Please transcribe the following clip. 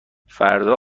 فردا